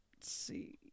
see